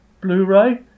Blu-ray